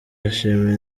yishimira